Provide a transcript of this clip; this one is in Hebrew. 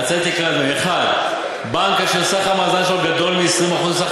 אציין את עיקרי הדברים: 1. בנק אשר סך המאזן שלו גדול מ-20% מסך